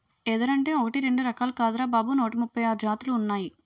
ఎదురంటే ఒకటీ రెండూ రకాలు కాదురా బాబూ నూట ముప్పై ఆరు జాతులున్నాయ్